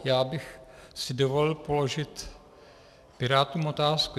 Já bych si dovolil položit pirátům otázku.